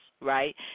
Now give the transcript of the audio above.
right